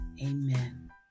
Amen